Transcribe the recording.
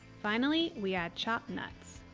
finally, we add chopped nuts.